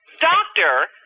doctor